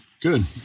Good